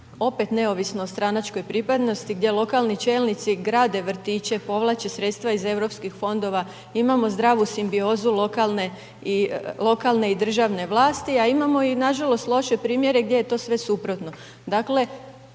opet neovisno o stranačkoj pripadnosti gdje lokalni čelnici grade vrtiće, povlače sredstva iz Europskih fondova, imamo zdravu simbiozu lokalne i državne vlasti, a imamo i nažalost, loše primjere gdje je to sve suprotno.